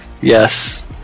Yes